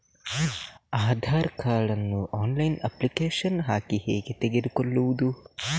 Aadhaar card ನ್ನು online application ಹಾಕಿ ಹೇಗೆ ತೆಗೆದುಕೊಳ್ಳುವುದು?